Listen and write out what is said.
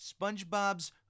SpongeBob's